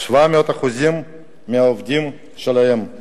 פי-700 מהעובדים שלהם.